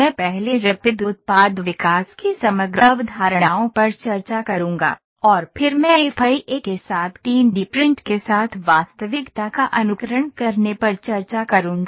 मैं पहले रैपिड उत्पाद विकास की समग्र अवधारणाओं पर चर्चा करूंगा और फिर मैं एफईए के साथ 3 डी प्रिंट के साथ वास्तविकता का अनुकरण करने पर चर्चा करूंगा